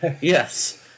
yes